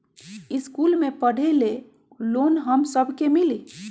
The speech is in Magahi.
इश्कुल मे पढे ले लोन हम सब के मिली?